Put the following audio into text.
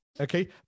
okay